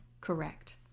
correct